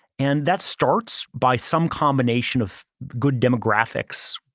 and that starts by some combination of good demographics,